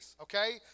okay